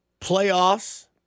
playoffs